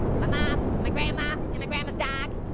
my mom, my grandma, and my grandma's dog.